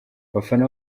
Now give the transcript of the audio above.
abafana